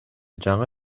жаңы